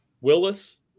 Willis